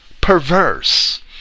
perverse